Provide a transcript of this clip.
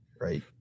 right